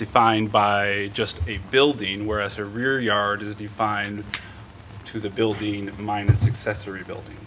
defined by just a building whereas a rear yard is defined to the building minus success or rebuilding